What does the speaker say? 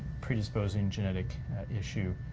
predisposing genetic issue,